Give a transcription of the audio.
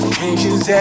Changes